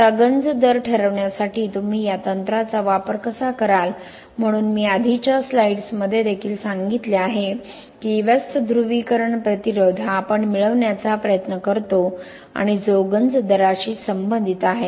आता गंज दर ठरवण्यासाठी तुम्ही या तंत्राचा वापर कसा कराल म्हणून मी आधीच्या स्लाइड्समध्ये देखील सांगितले आहे की व्यस्त ध्रुवीकरण प्रतिरोध हा आपण मिळवण्याचा प्रयत्न करतो आणि जो गंज दराशी संबंधित आहे